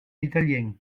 italien